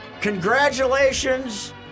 congratulations